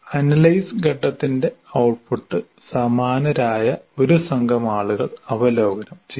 analyse ഘട്ടത്തിന്റെ output സമാനരായ ഒരു സംഘം ആളുകൾ അവലോകനം ചെയ്യും